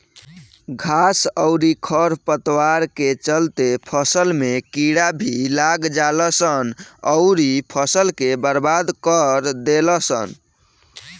घास अउरी खर पतवार के चलते फसल में कीड़ा भी लाग जालसन अउरी फसल के बर्बाद कर देलसन